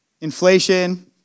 Inflation